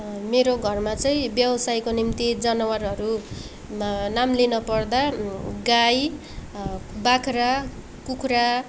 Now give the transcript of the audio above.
मेरो घरमा चाहिँ व्यवसायको निम्ति जनावरहरूमा नाम लिन पर्दा गाई बाख्रा कुखुरा